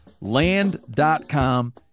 Land.com